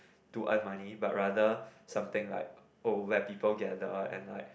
to earn money but rather something like oh where people gather and like